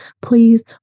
Please